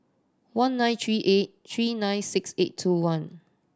one nine three eight three nine six eight two one